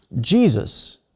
Jesus